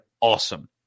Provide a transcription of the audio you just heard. awesome